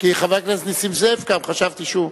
כי חבר הכנסת נסים זאב קם, חשבתי שהוא,